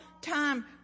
time